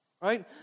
Right